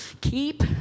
keep